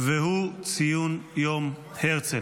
ציון יום הרצל.